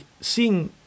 seeing